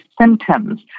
symptoms